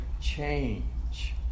change